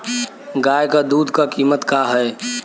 गाय क दूध क कीमत का हैं?